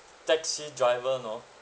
taxi driver you know